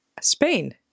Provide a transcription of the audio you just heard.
spain